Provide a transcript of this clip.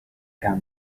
come